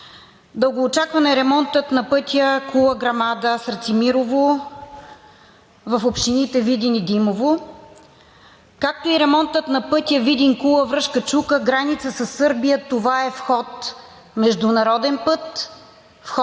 Дългоочакван е ремонтът на пътя Кула – Грамада – Страцимирово в общините Видин и Димово, както и ремонтът на пътя Видин – Кула – Връшка чука – граница със Сърбия. Това е вход – международен път, вход